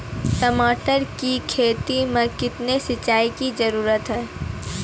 टमाटर की खेती मे कितने सिंचाई की जरूरत हैं?